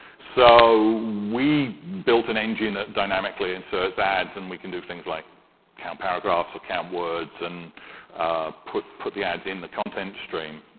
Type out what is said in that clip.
so we built an engine that dynamically inserts ads and we can do things like count paragraphs or count words and put put the ads in the content stream.